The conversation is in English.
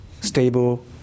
stable